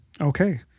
Okay